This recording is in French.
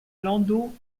landau